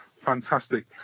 Fantastic